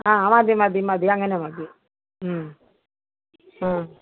ആ മതി മതി മതി അങ്ങനെ മതി